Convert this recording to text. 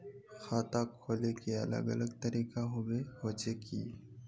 खाता खोले के अलग अलग तरीका होबे होचे की?